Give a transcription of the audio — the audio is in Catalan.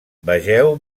vegeu